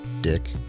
dick